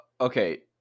Okay